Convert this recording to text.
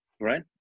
right